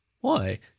Why